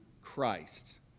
Christ